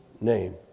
name